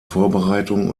vorbereitung